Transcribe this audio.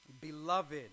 beloved